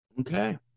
Okay